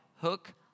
hook